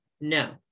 No